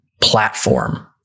platform